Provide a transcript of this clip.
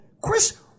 Chris